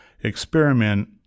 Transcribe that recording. experiment